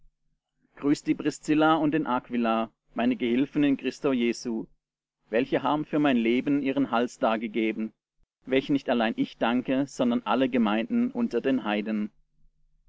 die priscilla und den aquila meine gehilfen in christo jesu welche haben für mein leben ihren hals dargegeben welchen nicht allein ich danke sondern alle gemeinden unter den heiden